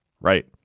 Right